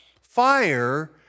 fire